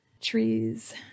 trees